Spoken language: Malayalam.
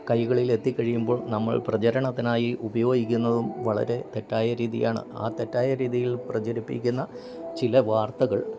കൈകളിലെത്തിക്കഴിയുമ്പോൾ നമ്മൾ പ്രചരണത്തിനായി ഉപയോഗിക്കുന്നതും വളരെ തെറ്റായ രീതിയാണ് ആ തെറ്റായ രീതിയിൽ പ്രചരിപ്പിക്കുന്ന ചില വാർത്തകൾ